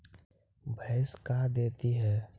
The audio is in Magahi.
भैंस का देती है?